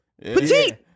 petite